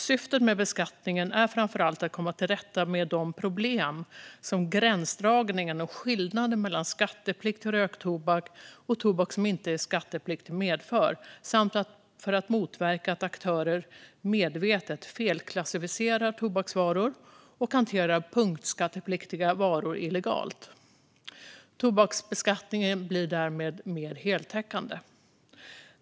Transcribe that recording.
Syftet med beskattningen är framför allt att man ska komma till rätta med de problem som gränsdragningen och skillnaderna mellan skattepliktig röktobak och tobak som inte är skattepliktig medför samt att man ska motverka att aktörer medvetet felklassificerar tobaksvaror och hanterar punktskattepliktiga varor illegalt. Tobaksbeskattningen blir därmed mer heltäckande.